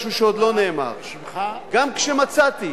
משהו שעוד לא נאמר: גם כשמצאתי